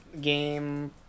game